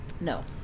No